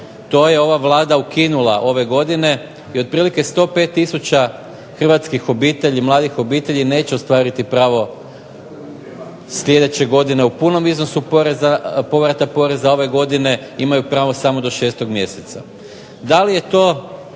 to je ova Vlada ukinula ove godine i otprilike 105 tisuća Hrvatskih mladih obitelji neće ostvariti pravo sljedeće godine u punom iznosu povrata poreza, ove godine imaju pravo samo do 6. mjeseca. DA li je to